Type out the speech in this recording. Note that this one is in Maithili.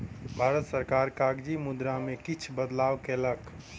भारत सरकार कागजी मुद्रा में किछ बदलाव कयलक